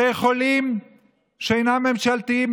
בתי חולים שאינם ממשלתיים,